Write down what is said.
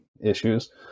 issues